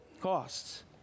costs